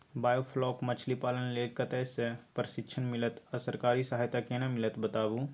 Biofloc मछलीपालन लेल कतय स प्रशिक्षण मिलत आ सरकारी सहायता केना मिलत बताबू?